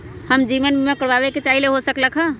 हम जीवन बीमा कारवाबे के चाहईले, हो सकलक ह?